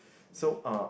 so uh